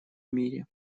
мире